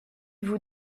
vous